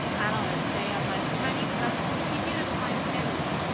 analysts say unless chinese stocks continue to climb steadily,